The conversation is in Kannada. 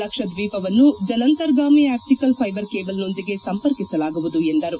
ಲಕ್ಷದ್ವೀಪವನ್ನು ಜಲಾಂತರ್ಗಾಮಿ ಆಪ್ಟಿಕಲ್ ಫ್ಲೆಬರ್ ಕೇಬಲ್ನೊಂದಿಗೆ ಸಂಪರ್ಕಿಸಲಾಗುವುದು ಎಂದರು